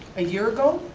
a year ago?